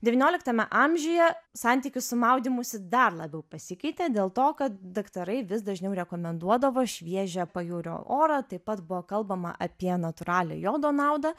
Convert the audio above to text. devynioliktame amžiuje santykis su maudymusi dar labiau pasikeitė dėl to kad daktarai vis dažniau rekomenduodavo šviežią pajūrio orą taip pat buvo kalbama apie naturalią jodo naudą